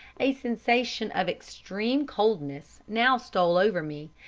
a sensation of extreme coldness now stole over me,